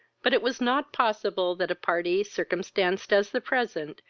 but it was not possible that a party, circumstanced as the present,